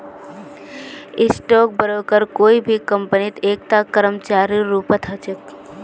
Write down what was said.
stock broker कोई भी कम्पनीत एकता कर्मचारीर रूपत ह छेक